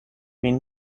been